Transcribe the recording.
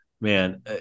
man